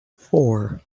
four